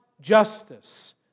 justice